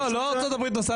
לארצות הברית.